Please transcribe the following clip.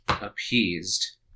appeased